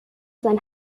sein